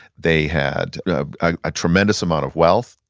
they had a tremendous amount of wealth.